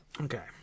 Okay